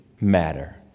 matter